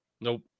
Nope